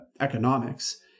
economics